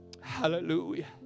Hallelujah